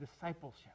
discipleship